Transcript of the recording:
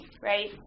right